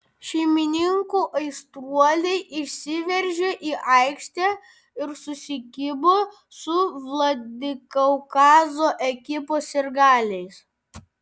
šeimininkų aistruoliai išsiveržė į aikštę ir susikibo su vladikaukazo ekipos sirgaliais